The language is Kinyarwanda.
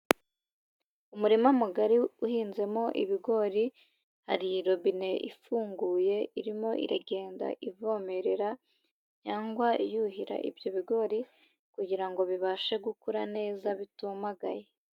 Umurima mugari uhinzemo ibigori, hari robine ifunguye irimo iragenda ivomerera cyangwa yuhira ibyo bigori, kugira ngo bibashe gukura neza bitumagaye.